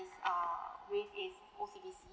err with is O_C_B_C